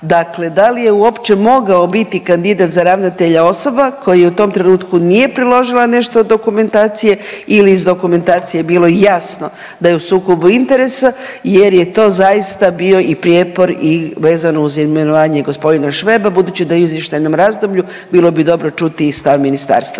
Dakle, da li je uopće mogao biti kandidat za ravnatelja osoba koja u tom trenutku nije priložila nešto od dokumentacije ili je iz dokumentacije bilo jasno da je u sukobu interesa jer je to zaista bio i prijepor i vezano uz imenovanje i gospodina Šveba, budući da je u izvještajnom razdoblju bilo bi dobro čuti i stav ministarstva